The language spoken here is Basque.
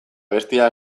abestia